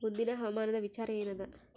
ಮುಂದಿನ ಹವಾಮಾನದ ವಿಚಾರ ಏನದ?